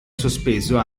sospeso